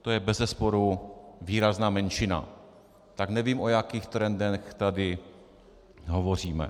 To je bezesporu výrazná menšina, tak nevím, o jakých trendech tady hovoříme.